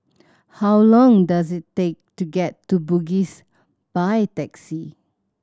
how long does it take to get to Bugis by taxi